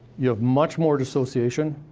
you have much more dissociation,